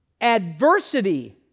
adversity